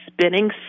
spinning